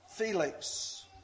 Felix